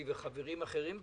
וחברים אחרים ביקשו,